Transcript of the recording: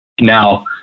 Now